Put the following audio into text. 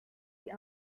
die